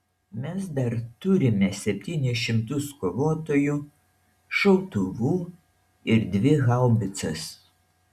mes dar turime septynis šimtus kovotojų šautuvų ir dvi haubicas